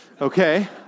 okay